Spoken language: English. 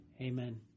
amen